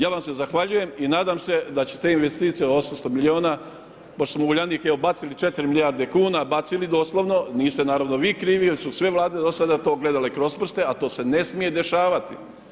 Ja vam se zahvaljujem i nadam se da će te investicije od 800 milijuna pošto smo u Uljanik evo bacili 4 milijarde kuna, bacili doslovno, niste naravno vi krivi jer su sve Vlade do sada to gledale kroz prste, a to se ne smije dešavati.